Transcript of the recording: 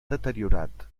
deteriorat